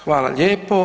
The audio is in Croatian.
Hvala lijepo.